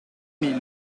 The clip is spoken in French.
mille